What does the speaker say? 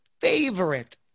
favorite